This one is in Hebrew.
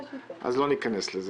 אז לא ניכנס לזה.